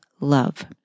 love